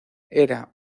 era